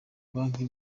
banki